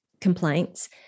complaints